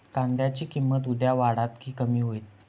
कांद्याची किंमत उद्या वाढात की कमी होईत?